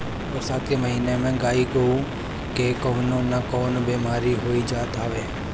बरसात के महिना में गाई गोरु के कवनो ना कवनो बेमारी होइए जात हवे